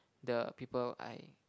the people I